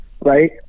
right